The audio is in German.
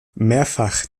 mehrfach